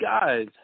guys